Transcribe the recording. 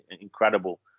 incredible